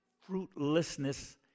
fruitlessness